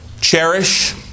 cherish